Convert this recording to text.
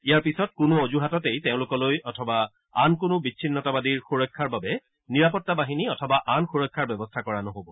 ইয়াৰ পিছত কোনো অজূহাততেই তেওঁলোকলৈ অথবা আন কোনো বিছিন্নতাবাদীৰ সূৰক্ষাৰ বাবে নিৰাপত্তা বাহিনী অথবা আন সূৰক্ষাৰ ব্যৱস্থা কৰা নহ'ব